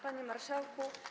Panie Marszałku!